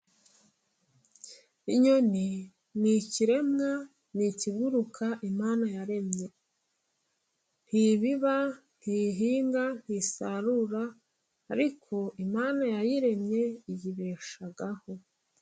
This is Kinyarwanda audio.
Inyoni ni ikiremwa, ni ikiguruka imana yaremye. Ntibiba ntihinga, ntisarura, ariko Imana yayiremye iyibeshaho.